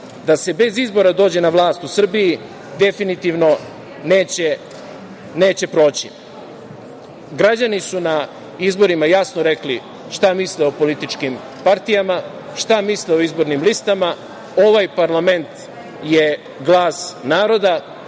da se bez izbora dođe na vlast u Srbiji definitivno neće proći. Građani su na izborima jasno rekli šta misle o političkim partijama, šta misle o izbornim listama. Ovaj parlament je glas naroda